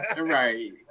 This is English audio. Right